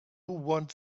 want